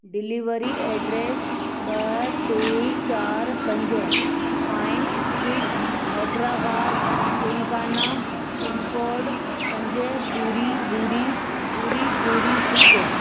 delivery address ॿ टे चारि पंज pine street Hyderabad Telangana pin code पंज ॿुड़ी ॿुड़ी ॿुड़ी ॿुड़ी हिकु